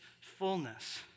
fullness